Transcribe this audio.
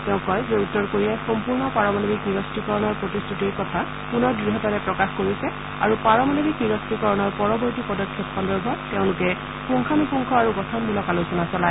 তেওঁ কৈছে যে উত্তৰ কোৰিয়াই সম্পূৰ্ণ পাৰমানৱিক নিৰপ্ৰিকৰণৰ প্ৰতিশ্ৰুতিৰ কথা পুনৰ দূঢ়তাৰে প্ৰকাশ কৰিছে আৰু পাৰমানৱিক নিৰস্ত্ৰিকৰণৰ পৰৱৰ্তী পদক্ষেপ সন্দৰ্ভত তেওঁলোকে পুংখানুপুংখ আৰু গঠনমূলক আলোচনা চলায়